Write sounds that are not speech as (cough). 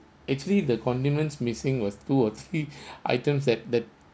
actually the condiments missing was two or three (breath) items at that